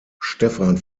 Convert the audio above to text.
stephan